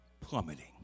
plummeting